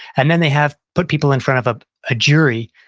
and then they have put people in front of a ah jury.